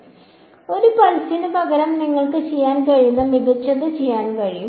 അതിനാൽ ഒരു പൾസിന് പകരം നിങ്ങൾക്ക് ചെയ്യാൻ കഴിയുന്ന മികച്ചത് ചെയ്യാൻ കഴിയും